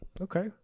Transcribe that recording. Okay